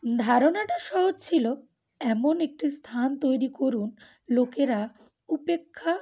ধারণাটা সহজ ছিল এমন একটি স্থান তৈরি করুন লোকেরা উপেক্ষা